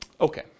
Okay